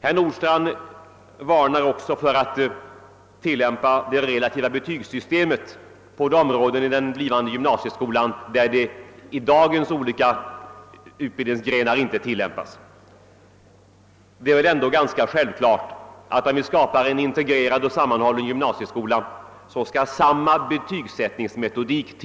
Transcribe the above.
Herr Nordstrandh varnade också för att tillämpa det relativa betygssystemet på de områden i den blivande gymnasieskolan där det i dagens olika utbildningsgrenar inte tillämpas. Men det är väl ändå självklart att samma betygssättningsmetodik